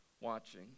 watching